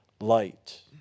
light